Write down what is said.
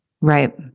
Right